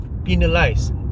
penalized